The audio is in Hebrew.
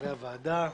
חבריי הוועדה,